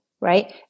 right